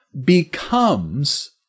becomes